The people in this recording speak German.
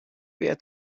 wehr